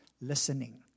listening